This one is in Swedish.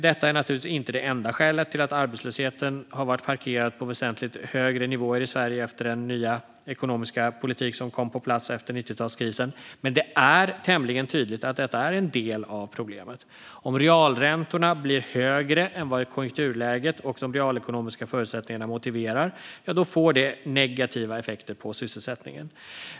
Detta är naturligtvis inte det enda skälet till att arbetslösheten i Sverige har varit parkerad på väsentligt högre nivåer efter den nya ekonomiska politik som kom på plats efter 90-talskrisen, men det är tämligen tydligt att detta är en del av problemet. Om realräntorna blir högre än vad konjunkturläget och de realekonomiska förutsättningarna motiverar får det negativa effekter på sysselsättningen.